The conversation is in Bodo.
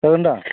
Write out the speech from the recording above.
हागोन दा